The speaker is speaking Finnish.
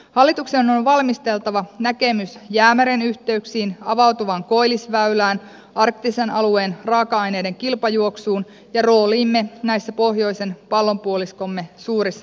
hallituksen on valmisteltava näkemys jäämeren yhteyksistä avautuvasta koillisväylästä arktisen alueen raaka aineiden kilpajuoksusta ja roolistamme näissä pohjoisen pallonpuoliskomme suurissa muutoksissa